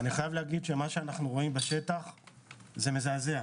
מה שאנחנו רואים בשטח מזעזע,